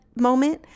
moment